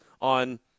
on